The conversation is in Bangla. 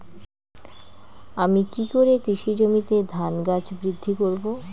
আমি কী করে কৃষি জমিতে ধান গাছ বৃদ্ধি করব?